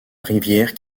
rivière